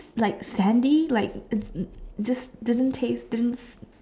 like Sandy like just didn't taste didn't